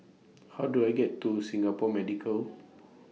How Do I get to Singapore Medical